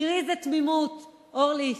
תראי איזו תמימות, אורלי,